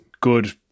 good